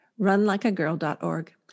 runlikeagirl.org